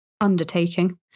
undertaking